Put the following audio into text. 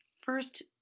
first